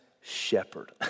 shepherd